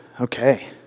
okay